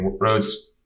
roads